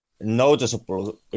noticeable